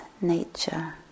nature